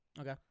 Okay